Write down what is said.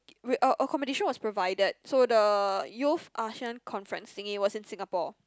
we uh accommodation was provided so the Youth Asean Conference thingy was in Singapore